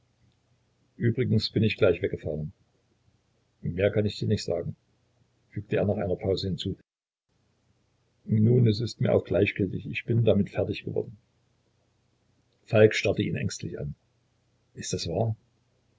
übrigens bin ich gleich weggefahren mehr kann ich dir nicht sagen fügte er nach einer pause hinzu nun es ist mir auch gleichgültig ich bin damit fertig geworden falk starrte ihn ängstlich an ist das wahr